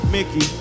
Mickey